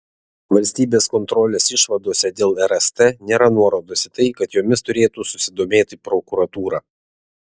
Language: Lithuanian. valstybės kontrolės išvadose dėl rst nėra nuorodos į tai kad jomis turėtų susidomėti prokuratūra